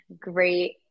great